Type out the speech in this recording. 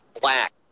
black